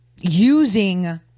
using